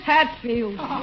Hatfield